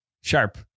sharp